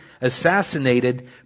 assassinated